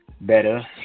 better